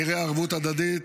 שנראה ערבות הדדית,